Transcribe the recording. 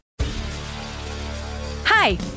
Hi